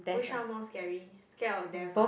which one more scary scared of death ah